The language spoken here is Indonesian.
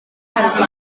akan